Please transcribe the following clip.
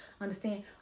Understand